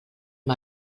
amb